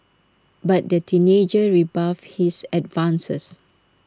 but the teenager rebuffed his advances